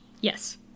Yes